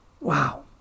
wow